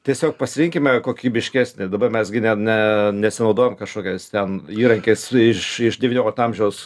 tiesiog pasirinkime kokybiškesnį dabar mes gi ne ne nesinaudojam kažkokiais ten įrankiais iš devyniolikto amžiaus